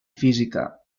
física